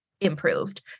improved